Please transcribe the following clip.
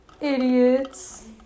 Idiots